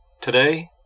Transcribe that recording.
Today